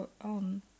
on